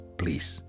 please